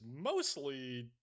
mostly